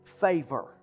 favor